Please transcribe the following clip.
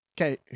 Okay